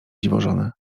dziwożonę